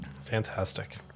Fantastic